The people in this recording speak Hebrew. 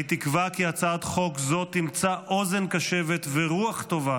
אני תקווה כי הצעת חוק זו תמצא אוזן קשבת ורוח טובה